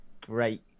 great